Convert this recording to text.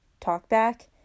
TalkBack